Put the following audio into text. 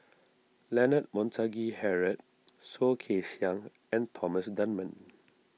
Leonard Montague Harrod Soh Kay Siang and Thomas Dunman